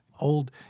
old